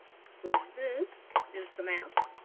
so this is the map